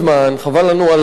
חבל לנו על ההליך,